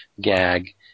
gag –